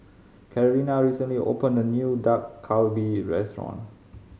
Carolina recently opened a new Dak Galbi Restaurant